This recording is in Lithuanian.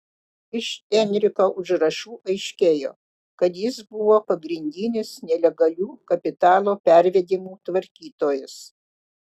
iš enriko užrašų aiškėjo kad jis buvo pagrindinis nelegalių kapitalo pervedimų tvarkytojas